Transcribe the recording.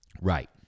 Right